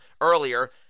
earlier